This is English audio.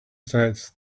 sets